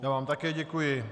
Já vám také děkuji.